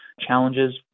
challenges